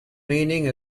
meaning